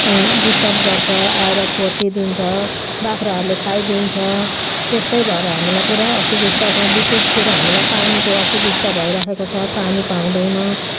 disturb गर्छ आएर खोर्सिदिन्छ बाख्राहरूले खाइदिन्छ त्यस्तै भएर हामीलाई पुरा असुविस्ता छ विशेष कुरो हामीलाई पानीको असुविस्ता भइरहेको छ पानी पाउँदैनौँ